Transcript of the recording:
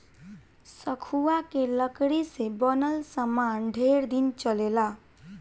सखुआ के लकड़ी से बनल सामान ढेर दिन चलेला